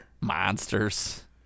monsters